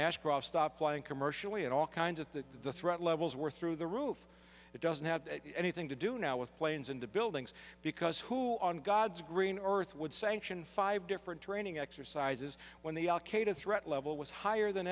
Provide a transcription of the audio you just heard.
ashcroft stopped flying commercially and all kinds of that the threat levels were through the roof it doesn't have anything to do now with planes into buildings because who on god's green earth would sanction five different training exercises when the al qaeda threat level was higher than